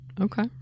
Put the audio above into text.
Okay